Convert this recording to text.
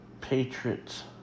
patriots